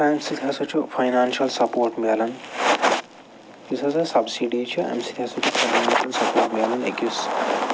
اَمہِ سۭتۍ ہَسا چھُ فاینانشَل سَپوٹ مِلان یُس ہَسا سَبسِڈی چھِ اَمہِ سۭتۍ ہَسا چھُ فاینانشَل سَپوٹ مِلان أکِس